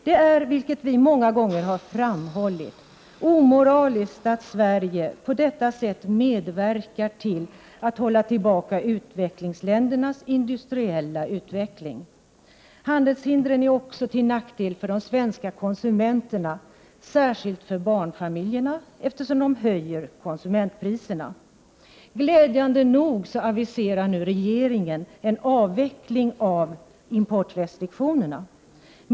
Det är, vilket vi många gånger framhållit, omoraliskt att Sverige på detta sätt medverkar till att hålla tillbaka utvecklingsländernas industriella utveckling. Handelshindren är också till nackdel för de svenska konsumenterna, särskilt för barnfamiljerna, eftersom hindren höjer konsumentpriserna. Glädjande nog aviserar nu regeringen en avveckling av importrestriktionerna.